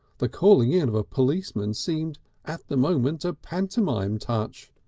the calling in of a policeman seemed at the moment a pantomime touch.